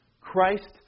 Christ